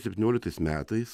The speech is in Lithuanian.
septynioliktais metais